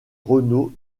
renaud